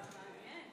מעניין.